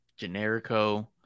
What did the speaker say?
generico